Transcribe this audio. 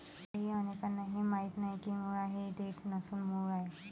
आजही अनेकांना हे माहीत नाही की मुळा ही देठ नसून मूळ आहे